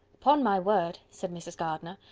upon my word, said mrs. gardiner,